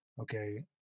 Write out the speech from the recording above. Okay